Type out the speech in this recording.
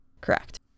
correct